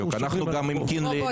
אנחנו גם --- בוא,